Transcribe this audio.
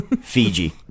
fiji